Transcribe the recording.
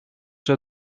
zou